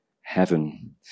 heaven